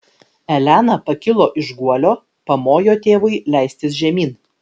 elena pakilo iš guolio pamojo tėvui leistis žemyn